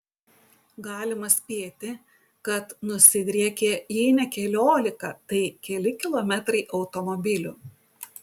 galima spėti kad nusidriekė jei ne keliolika tai keli kilometrai automobilių